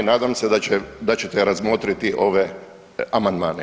Nadam se da ćete razmotriti ove amandmane.